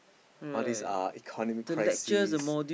all these uh economic crisis